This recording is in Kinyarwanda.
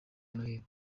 noheli